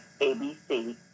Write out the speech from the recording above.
ABC